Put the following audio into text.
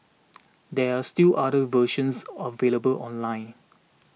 there are still other versions are available online